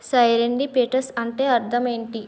సైరండి పీటర్స్ అంటే అర్థమేంటి